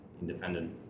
independent